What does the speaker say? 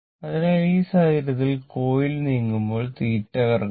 അതിനാൽ ഈ സാഹചര്യത്തിൽ കോയിൽ നീങ്ങുമ്പോൾ θ കറങ്ങുന്നു